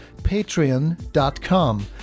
patreon.com